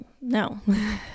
no